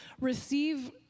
receive